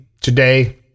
Today